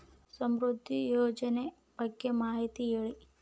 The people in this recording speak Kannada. ಸಮೃದ್ಧಿ ಯೋಜನೆ ಬಗ್ಗೆ ಮಾಹಿತಿ ಹೇಳಿ?